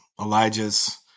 Elijah's